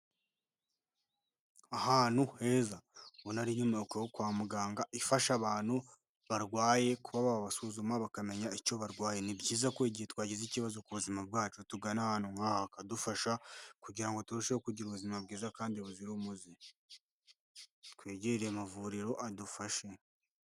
Ahantu heza ubona ari inyubako yo kwa muganga ifasha abantu barwaye kuba babasuzuma bakamenya icyo barwaye, ni byiza ko igihe twagize ikibazo ku buzima bwacu tugana ahantu nkaha bakadufasha kugira ngo turusheho kugira ubuzima bwiza kandi buzira umuze, twegere amavuriro adufashe.